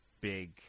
big